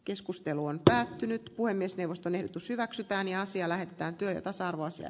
keskustelu on päättynyt puhemiesneuvoston ehdotus hyväksytään ja asia lähetetään työ tasa arvoisia